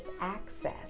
access